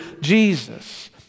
Jesus